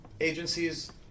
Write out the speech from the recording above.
agencies